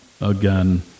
again